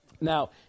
Now